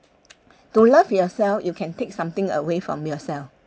to love yourself you can take something away from yourself